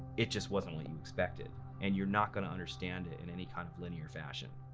it just wasn't what you expected, and you're not going to understand it in any kind of linear fasion.